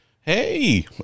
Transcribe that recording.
hey